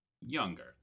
younger